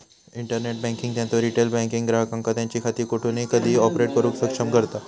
internet banking त्यांचो retail banking ग्राहकांका त्यांची खाती कोठूनही कधीही ऑपरेट करुक सक्षम करता